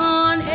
on